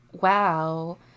wow